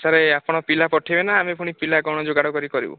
sir ଆପଣ ପିଲା ପଠେଇବେ ନା ଆମେ ଫୁଣି ପିଲା କ'ଣ ଯୋଗାଡ଼ କରି କରିବୁ